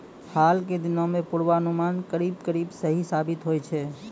हाल के दिनों मॅ पुर्वानुमान करीब करीब सही साबित होय छै